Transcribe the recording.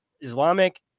Islamic